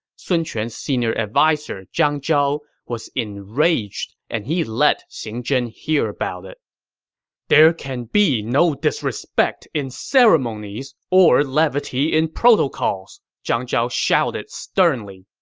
sun quan's senior adviser, zhang zhao, was enraged and let xing zhen hear about it there can be no disrespect in ceremonies or levity in protocols! zhang zhao shouted sternly.